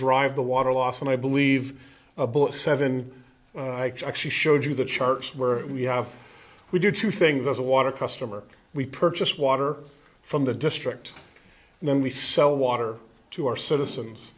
drive the water loss and i believe a boy seven actually showed you the charts where we have we did two things as a water customer we purchased water from the district and then we sell water to our citizens